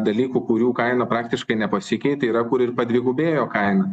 dalykų kurių kaina praktiškai nepasikeitė yra kur ir padvigubėjo kaina